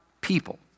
people